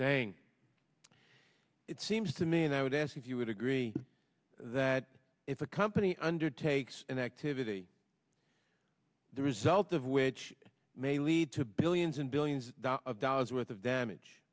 saying it seems to me and i would ask if you would agree that if a company undertakes an activity the result of which may lead to billions and billions of dollars worth of damage